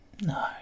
No